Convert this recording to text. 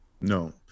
No